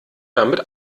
damit